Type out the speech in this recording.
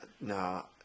no